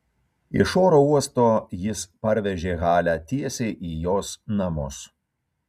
iš oro uosto jis parvežė halę tiesiai į jos namus